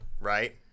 right